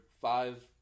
five